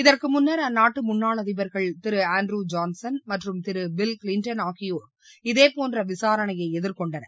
இதற்கு முன்னர் அந்நாட்டு முன்னாள் அதிபர்கள் திரு ஆண்ட்ரூ ஜான்சன் மற்றும் திரு பில் கிளிண்டன் ஆகியோர் இதேபோன்ற விசாரணையை எதிர் கொண்டனர்